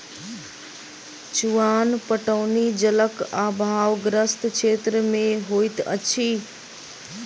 चुआन पटौनी जलक आभावग्रस्त क्षेत्र मे होइत अछि